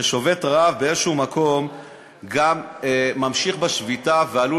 ששובת רעב באיזשהו מקום ממשיך בשביתה ועלול